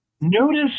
Notice